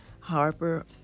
Harper